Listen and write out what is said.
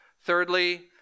Thirdly